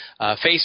Facebook